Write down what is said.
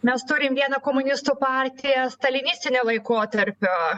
mes turim vieną komunistų partiją stalinistinio laikotarpio